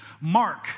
Mark